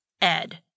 Ed